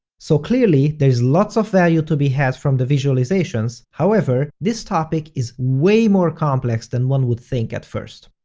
so clearly, there is lots of value to be had from the visualizations, however, this topic is way more complex than one would think at first.